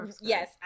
Yes